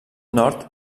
nord